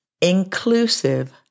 inclusive